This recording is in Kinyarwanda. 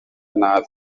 nabi